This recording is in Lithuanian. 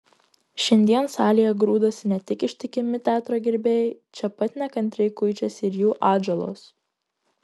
šiandien salėje grūdasi ne tik ištikimi teatro gerbėjai čia pat nekantriai kuičiasi ir jų atžalos